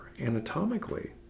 anatomically